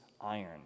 iron